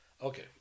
okay